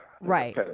Right